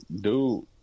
dude